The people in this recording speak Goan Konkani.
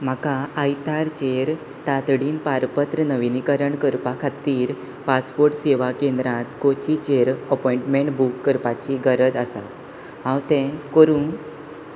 म्हाका आयतारचेर तातडीन पारपत्र नविनीकरण करपा खातीर पासपोर्ट सेवा केंद्रांत कोचीचेर अपॉयंटमेंट बूक करपाची गरज आसा हांव तें करूं